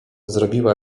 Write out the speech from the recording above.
zrobiła